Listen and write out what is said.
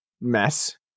mess